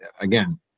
again